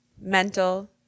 mental